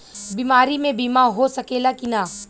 बीमारी मे बीमा हो सकेला कि ना?